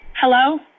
Hello